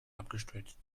abgestürzt